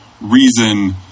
reason